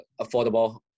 affordable